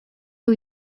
two